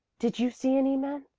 did you see any men?